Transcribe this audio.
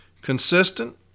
Consistent